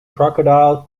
crocodile